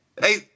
hey